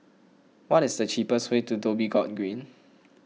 what is the cheapest way to Dhoby Ghaut Green